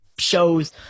shows